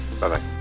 Bye-bye